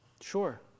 Sure